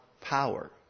power